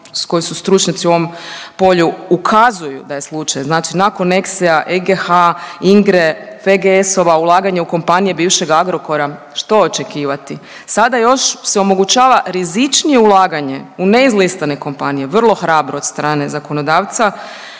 koji su stručnjaci u ovom polju ukazuju da je slučaj. Znači nakon EKSE-a, EGH, INGRE, FGS-ova, ulaganja u kompanije bivšeg Agrokora što očekivati. Sada još se omogućava rizičnije ulaganje u neizlistane kompanije, vrlo hrabro od strane zakonodavca,